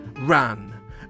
ran